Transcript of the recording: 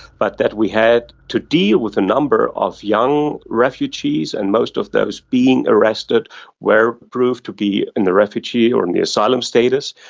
but that we had to deal with a number of young refugees, and most of those being arrested were proved to be in the refugee or in the asylum status,